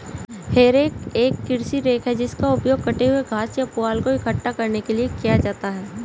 हे rake एक कृषि rake है जिसका उपयोग कटे हुए घास या पुआल को इकट्ठा करने के लिए किया जाता है